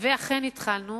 אכן התחלנו